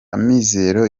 amizero